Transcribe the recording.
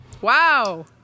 Wow